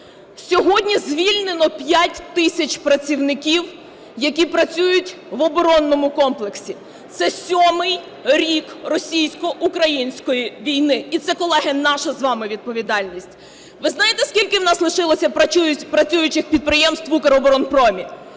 Сьогодні звільнено 5 тисяч працівників, які працюють в оборонному комплексі. Це сьомий рік російсько-української війни. І це, колеги, наша з вами відповідальність. Ви знаєте, скільки в нас лишилося працюючих підприємств в Укроборонпромі?